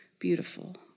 beautiful